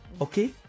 okay